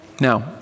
Now